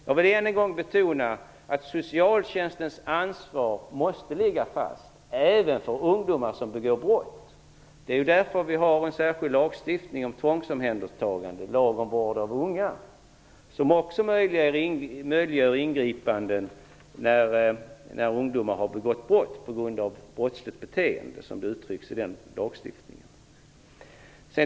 Jag vill än en gång betona att socialtjänstens ansvar måste ligga fast även för ungdomar som begår brott. Det är ju därför vi har en särskild lagstiftning om tvångsomhändertagande - lag om vård av unga - som också möjliggör ingripanden när ungdomar har begått brott, eller på grund av brottsligt beteende, som det uttrycks i den lagstiftningen.